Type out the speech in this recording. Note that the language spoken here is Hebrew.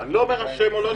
אני לא אומר אשם או לא אשם.